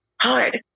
hard